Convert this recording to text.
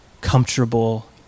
comfortable